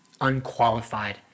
unqualified